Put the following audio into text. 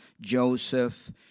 Joseph